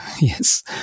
Yes